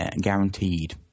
guaranteed